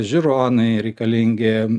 žiūronai reikalingi